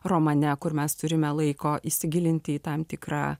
romane kur mes turime laiko įsigilinti į tam tikrą